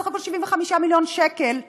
היא בסך הכול 75 מיליון שקל לשנה,